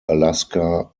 alaska